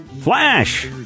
Flash